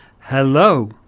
hello